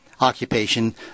occupation